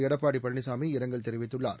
எடப்பாடி பழனிசாமி இரங்கல் தெரிவித்துள்ளனர்